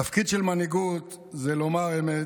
תפקיד של מנהיגות זה לומר אמת,